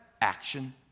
Action